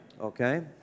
Okay